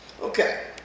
Okay